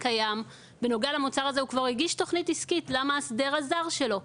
שהוא כבר הגיש לגביו תכנית עסקית למאסדר הזר שלו.